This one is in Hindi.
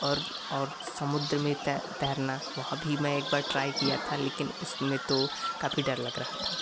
और और समुद्र में तैरना वहाँ भी मैं एकबार ट्राई किया था लेकिन उसमें तो काफ़ी डर लग रहा था